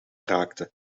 raakte